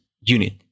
unit